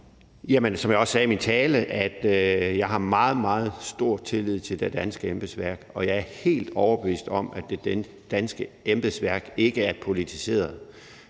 meget, meget stor tillid til det danske embedsværk, og jeg er helt overbevist om, at det danske embedsværk ikke er politiseret.